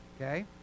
Okay